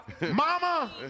mama